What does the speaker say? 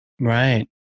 right